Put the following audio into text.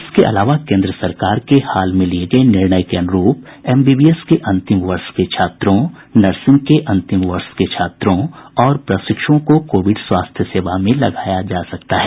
इसके अलावा केंद्र सरकार के हाल में लिए गए निर्णय के अनुरूप एमबीबीएस के अंतिम वर्ष के छात्रों नर्सिंग के अंतिम वर्ष के छात्रों और प्रशिक्षुओं को कोविड स्वास्थ्य सेवा में लगाया जा सकता है